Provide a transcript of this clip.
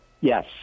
Yes